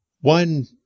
One